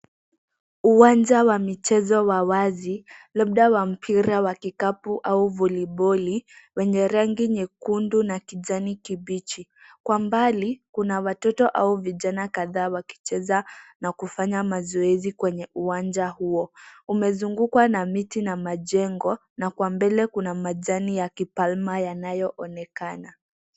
Uwanja wa mchezo wa wazi, labda wa mpira wa kikapu au voliboli, wenye rangi nyekundu na kijani kibichi. Kwa mbali, kuna watoto au vijana kadhaa wakicheza na kufanya mazoezi kwenye uwanja huo. Umezungukwa na majengo ,na kwa mbele kuna majani na kipalma yanaonekana.